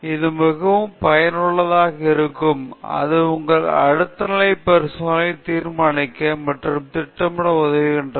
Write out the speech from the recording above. இது மிகவும் பயனுள்ளதாக இருக்கும் இது உங்கள் அடுத்த நிலை பரிசோதனையைத் தீர்மானிக்க மற்றும் திட்டமிட உதவுகிறது